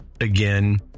Again